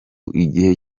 igihe